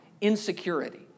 insecurity